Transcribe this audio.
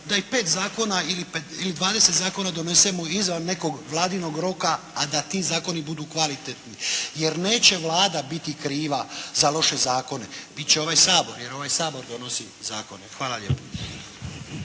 da i pet zakona ili 20 zakona donesemo izvan nekog Vladinog roka a da ti zakoni budu kvalitetni, jer neće Vlada biti kriva za loše zakone, biti će ovaj Sabor, jer ovaj Sabor donosi zakone. Hvala lijepa.